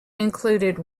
included